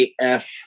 AF